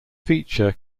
feature